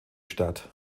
statt